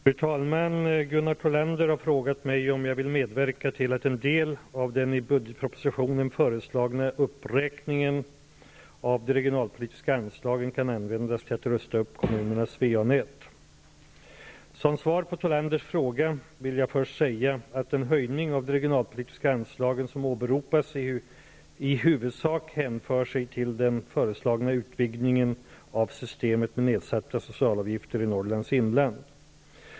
Fru talman! Gunnar Thollander har frågat mig om jag vill medverka till att en del av den i budgetpropositionen föreslagna uppräkningen av de regionalpolitiska anslagen kan användas till att rusta upp kommunernas VA-nät. Som svar på Thollanders fråga vill jag först säga att den höjning av de regionalpolitiska anslagen som åberopas i huvudsak hänför sig till den föreslagna utvidgningen av systemet med nedsatta socialavgifter i Norrlands inland.